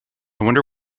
wonder